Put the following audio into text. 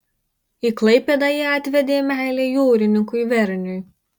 į klaipėdą ją atvedė meilė jūrininkui verniui